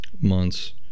months